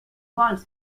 vols